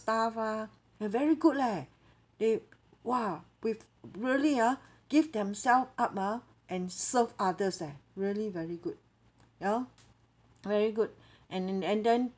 staff ah very good leh they !wah! with really ah give themselves up ah and serve others eh really very good ya lor very good and in and then